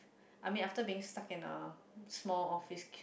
I mean after being stucked in a small office